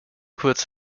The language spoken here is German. kurz